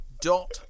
dot